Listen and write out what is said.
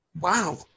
Wow